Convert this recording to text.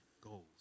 goals